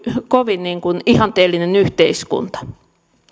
kovin ihanteellinen yhteiskunta